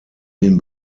den